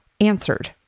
answered